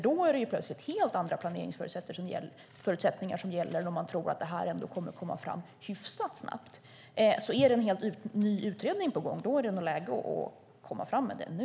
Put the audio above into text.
Då är det plötsligt helt andra förutsättningar som gäller om förslaget ska komma fram hyfsat snabbt. Om det är en helt ny utredning på gång är det läge att komma fram med den nu.